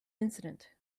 incident